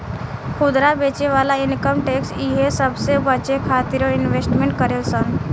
खुदरा बेचे वाला इनकम टैक्स इहे सबसे बचे खातिरो इन्वेस्टमेंट करेले सन